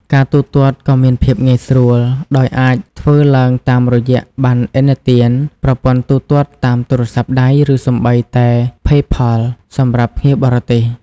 ការទូទាត់ក៏មានភាពងាយស្រួល ដោយអាចធ្វើឡើងតាមរយៈ ប័ណ្ណឥណទាន ប្រព័ន្ធទូទាត់តាមទូរស័ព្ទដៃ ឬសូម្បីតែផេ ផល សម្រាប់ភ្ញៀវបរទេស។